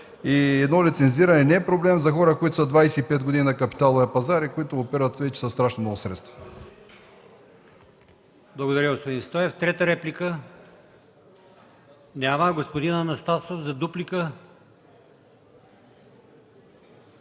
и едно лицензиране не е проблем за хора, които са 25 години на капиталовия пазар и оперират вече със страшно много средства.